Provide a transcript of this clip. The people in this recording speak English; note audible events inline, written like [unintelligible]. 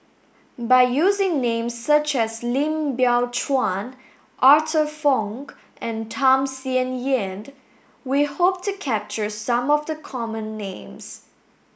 by using names such as Lim Biow Chuan Arthur Fong [unintelligible] and Tham Sien Yen tge we hope to capture some of the common names